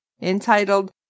entitled